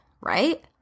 right